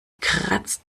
kratzt